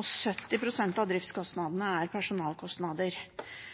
og 70 pst. av driftskostnadene er personalkostnader.